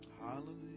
Hallelujah